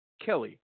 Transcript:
Kelly